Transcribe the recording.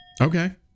Okay